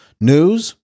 News